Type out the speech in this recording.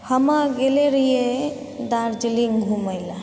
हम गेल रहियै दार्जलिङ्ग घुमैला